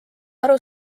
aru